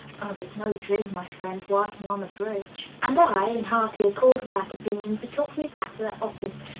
oh, it's no dream, my friend, working on a bridge! and i, in hearty accord with that opinion, betook me back to the office,